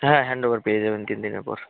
হ্যাঁ hand over পেয়ে যাবেন তিন দিনের পর